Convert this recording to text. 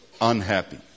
unhappy